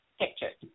pictures